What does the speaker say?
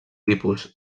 tipus